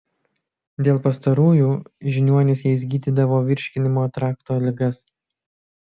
dėl pastarųjų žiniuonys jais gydydavo virškinimo trakto ligas